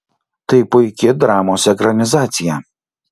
tai puiki dramos ekranizacija